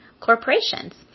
corporations